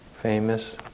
famous